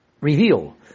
reveal